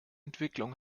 entwicklung